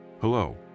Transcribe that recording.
hello